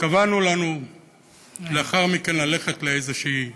קבענו לנו לאחר מכן ללכת לאיזושהי מסעדה,